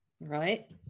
Right